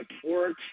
support